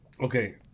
Okay